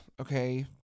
okay